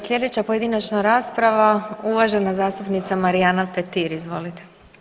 Slijedeća pojedinačna rasprava uvažena zastupnica Marijana Petir, izvolite.